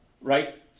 Right